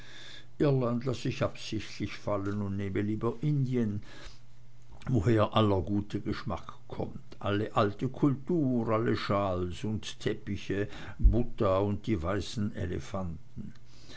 laß ich absichtlich fallen und nehme lieber indien woher aller gute geschmack kommt alle alte kultur alle shawls und teppiche buddha und die weißen elefanten